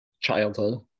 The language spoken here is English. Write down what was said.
childhood